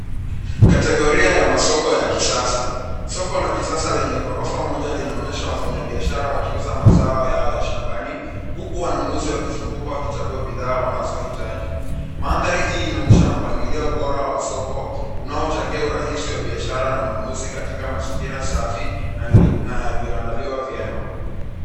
Kategoria ya masoko ya kisasa. Soko la kisasa lenye ghorofa moja linaonyesha wafanyabiashara wakiuza mazao yao ya shambani huku wanunuzi wakizunguka wakichagua bidhaa wanazohitaji. Mandhari hii inaonyesha mpangilio bora wa soko unaochangia urahisi wa biashara na ununuzi katika mazingira safi na yaliyoandaliwa vyema.